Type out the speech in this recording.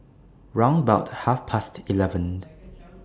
round about Half Past eleven